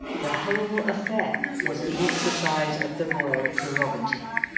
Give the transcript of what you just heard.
the whole affair was an exercise of the royal prerogative.